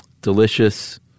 delicious